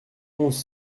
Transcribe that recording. onze